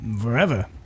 forever